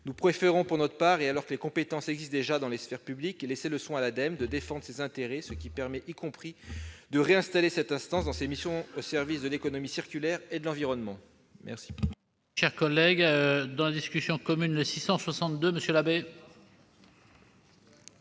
Nous préférons, pour notre part, et alors que les compétences existent déjà dans la sphère publique, laisser le soin à l'Ademe de défendre ses intérêts, ce qui permet également de réinstaller cette instance dans ses missions au service de l'économie circulaire et de l'environnement.